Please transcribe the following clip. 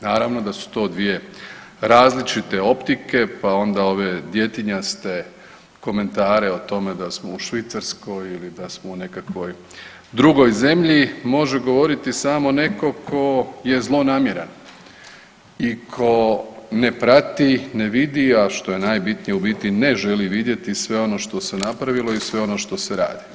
Naravno da su to dvije različite optike, pa onda ove djetinjaste komentare o tome da smo u Švicarskoj ili da smo u nekakvoj drugoj zemlji može govoriti samo netko tko je zlonamjeran i tko ne prati, ne vidi a što je najvažnije u biti ne želi vidjeti sve ono što se napravilo i sve ono što se radi.